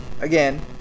again